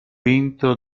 vinto